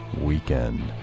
Weekend